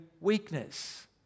weakness